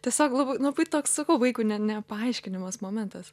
tiesiog labai labai toks sakau vaikui ne ne paaiškinimas momentas